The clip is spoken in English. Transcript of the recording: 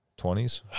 20s